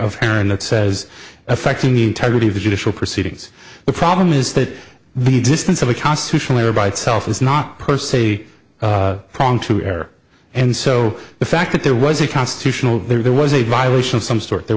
of hair and that says affecting the integrity of the judicial proceedings the problem is that the existence of a constitutionally are by itself is not per se prong to air and so the fact that there was a constitutional there was a violation of some sort there